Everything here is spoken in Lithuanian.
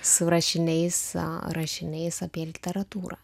su rašiniais rašiniais apie literatūrą